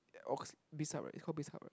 ox~ Bizhub right it's called Bizhub right